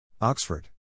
Oxford